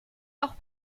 auch